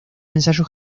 ensayo